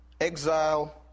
exile